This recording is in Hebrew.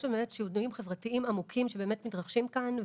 יש שינויים חברתיים עמוקים שמתרחשים כאן,